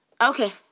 okay